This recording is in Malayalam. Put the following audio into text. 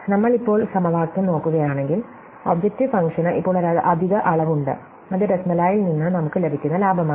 നമ്മൾ ഇപ്പോൾ സമവാക്യം നോക്കുകയാണെങ്കിൽ ഒബ്ജക്ടീവ് ഫംഗ്ഷന് ഇപ്പോൾ ഒരു അധിക അളവ് ഉണ്ട് അത് റാസ്മലൈയിൽ നിന്ന് നമുക്ക് ലഭിക്കുന്ന ലാഭമാണ്